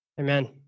Amen